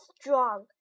strong